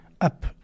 up